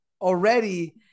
already